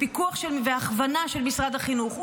לפיקוח והכוונה של משרד החינוך,